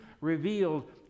revealed